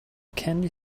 candy